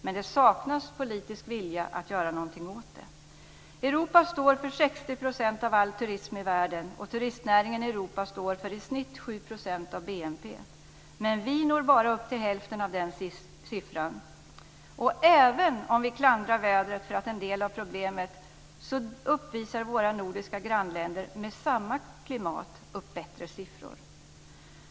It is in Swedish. Men det saknas politisk vilja att göra någonting åt det. Europa står för 60 % av all turism i världen, och turistnäringen i Europa står för i snitt 7 % av BNP, men vi når bara upp till hälften av den siffran. Och även om vi klandrar vädret för en del av problemet, uppvisar våra nordiska grannländer med samma klimat upp bättre siffror.